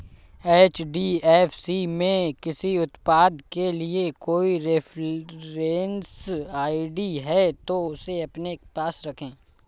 HDFC में किसी उत्पाद के लिए कोई रेफरेंस आई.डी है, तो उसे अपने पास रखें